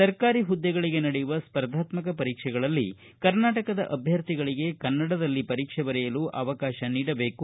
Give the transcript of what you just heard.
ಸರ್ಕಾರಿ ಹುದ್ದೆಗಳಿಗೆ ನಡೆಯುವ ಸ್ಪರ್ಧಾತ್ಮಕ ಪರೀಕ್ಷೆಗಳಲ್ಲಿ ಕರ್ನಾಟಕದ ಅಭ್ಯಥಿಗಳಿಗೆ ಕನ್ನಡದಲಿ ಪರೀಕ್ಷೆ ಬರೆಯಲು ಅವಕಾಶ ನೀಡಬೇಕು